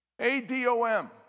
A-D-O-M